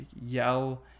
yell